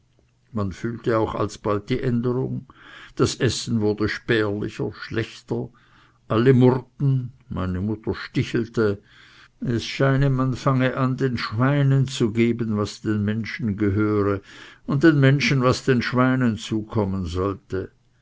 man fühlte auch alsobald die änderung das essen wurde spärlicher schlechter alle murrten meine mutter stichelte es scheine man fange an den schweinen zu geben was den menschen gehöre und den menschen was den schweinen zukommen sollte